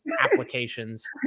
applications